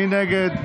מי נגד?